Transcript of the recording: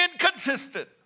inconsistent